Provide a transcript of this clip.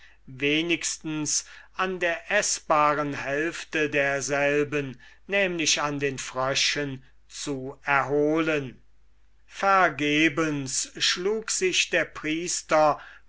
wenigstens an der eßbaren hälfte derselben nämlich an den fröschen zu erholen vergebens schlug sich der priester